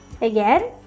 again